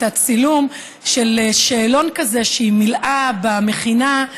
הצילום של שאלון כזה שהיא מילאה במכינה,